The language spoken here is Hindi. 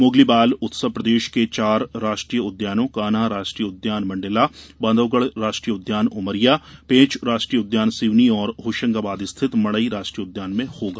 मोगली बाल उत्सव प्रदेश के चार राष्ट्रीय उद्यानों कान्हा राष्ट्रीय उद्यान मंडला बांधवगढ राष्ट्रीय उद्यान उमरिया पेंच राष्ट्रीय उद्यान सिवनी और होशंगाबाद स्थित मढई राष्ट्रीय उद्यान में होगा